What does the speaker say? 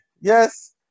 Yes